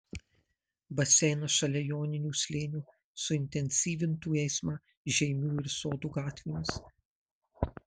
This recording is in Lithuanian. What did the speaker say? baseinas šalia joninių slėnio suintensyvintų eismą žeimių ir sodų gatvėmis